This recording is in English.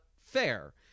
fair